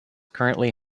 currently